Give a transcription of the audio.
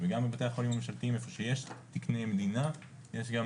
וגם בבתי החולים הממשלתיים איפה שיש תקני מדינה יש גם